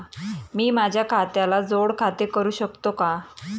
मी माझ्या खात्याला जोड खाते करू शकतो का?